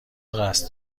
قصد